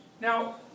Now